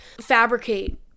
fabricate